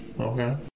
Okay